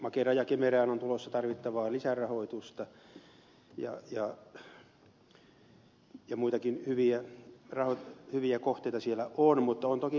makeraan ja kemeraan on tulossa tarvittavaa lisärahoitusta ja muitakin hyviä kohteita siellä on mutta on toki haasteitakin